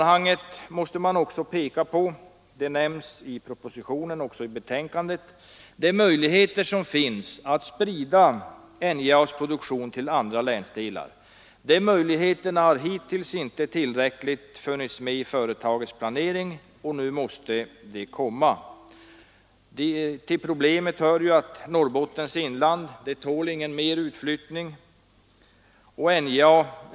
Här måste man också peka på de möjligheter som finns — de nämns också både i propositionen och i betänkandet — att sprida NJA:s produktion till andra länsdelar. De möjligheterna har hittills inte tillräckligt funnits med i företagets planering, men nu måste de komma. Till problemet hör ju att Norrbottens inland inte tål någon mera utflyttning.